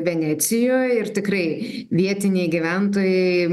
venecijoj ir tikrai vietiniai gyventojai